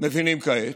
מבינים כעת,